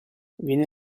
viene